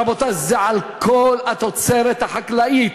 רבותי, זה על כל התוצרת החקלאית.